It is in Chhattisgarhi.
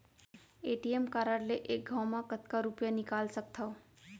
ए.टी.एम कारड ले एक घव म कतका रुपिया निकाल सकथव?